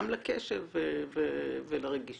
גם לקשב ולרגישות.